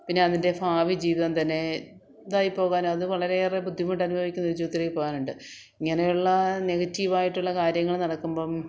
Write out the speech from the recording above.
പിന്നെ അതിൻ്റെ ഭാവി ജീവിതം തന്നെ ഇതായി പോകാനും അത് വളരെയേറെ ബുദ്ധിമുട്ടനുഭവിക്കുന്ന ഒരു ജീവിതത്തിൽ പോവാനുമുണ്ട് ഇങ്ങനെയുള്ള നെഗറ്റീവ് ആയിട്ടുള്ള കാര്യങ്ങൾ നടക്കുമ്പം